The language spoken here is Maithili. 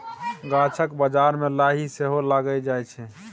गाछक मज्जर मे लाही सेहो लागि जाइ छै